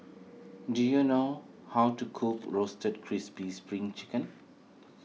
do you know how to cook Roasted Crispy Spring Chicken